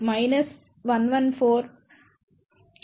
RinRinRS 110